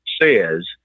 says